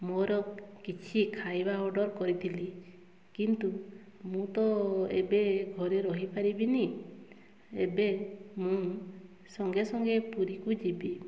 ମୋର କିଛି ଖାଇବା ଅର୍ଡ଼ର୍ କରିଥିଲି କିନ୍ତୁ ମୁଁ ତ ଏବେ ଘରେ ରହିପାରିବିନି ଏବେ ମୁଁ ସଙ୍ଗେ ସଙ୍ଗେ ପୁରୀକୁ ଯିବି